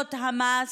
מהטבות המס.